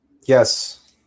Yes